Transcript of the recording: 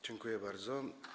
Dziękuję bardzo.